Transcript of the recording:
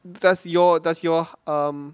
does your does your um